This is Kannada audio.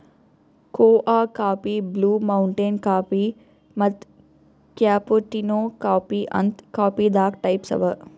ಕೋಆ ಕಾಫಿ, ಬ್ಲೂ ಮೌಂಟೇನ್ ಕಾಫೀ ಮತ್ತ್ ಕ್ಯಾಪಾಟಿನೊ ಕಾಫೀ ಅಂತ್ ಕಾಫೀದಾಗ್ ಟೈಪ್ಸ್ ಅವಾ